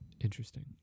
Interesting